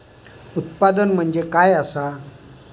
उत्पादन म्हणजे काय असा?